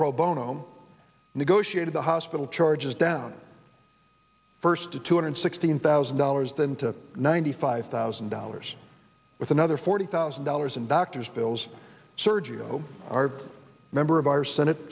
pro bono negotiated the hospital charges down first to two hundred sixteen thousand dollars them to ninety five thousand dollars with another forty thousand dollars in doctors bills sergio our member of our senate